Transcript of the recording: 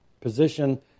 position